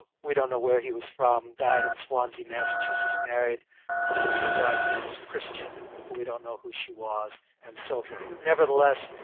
we don't know where he was from, he dies in swansea, massachusetts, married his bride's name was christian but we don't know who she was, and so forth. but nevertheless,